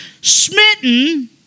smitten